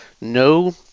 No